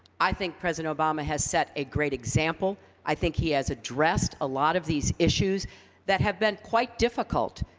i think president obama has set a great example. i think he has addressed a lot of these issues that have been quite difficult,